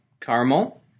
caramel